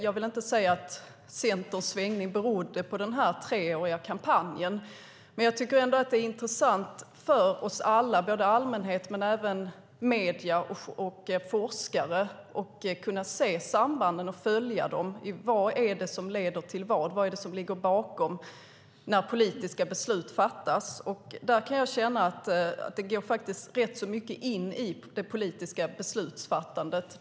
Jag vill inte säga att Centerns svängning berodde på den här treåriga kampanjen, men jag tycker ändå att det är intressant för oss alla, såväl allmänhet som medier och forskare, att kunna se och följa sambanden: Vad är det som leder till vad? Vad är det som ligger bakom när politiska beslut fattas? Här kan jag känna att denna typ av aktiviteter går rätt mycket in i det politiska beslutsfattandet.